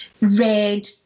red